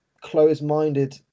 closed-minded